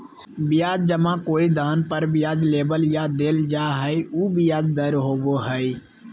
ब्याज जमा कोई धन पर ब्याज लेबल या देल जा हइ उ ब्याज दर होबो हइ